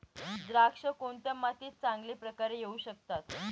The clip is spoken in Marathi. द्राक्षे कोणत्या मातीत चांगल्या प्रकारे येऊ शकतात?